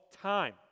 time